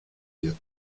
wird